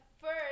first